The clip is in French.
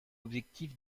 objectif